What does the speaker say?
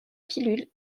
pilule